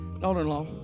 daughter-in-law